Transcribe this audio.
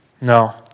No